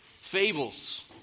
Fables